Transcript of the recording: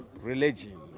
religion